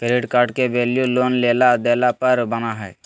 credit card के value loan लेला देला पर बना हइ